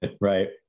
right